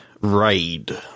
Raid